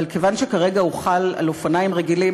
אבל כיוון שכרגע הוא חל על אופניים רגילים,